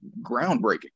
groundbreaking